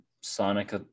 sonic